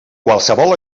qualsevol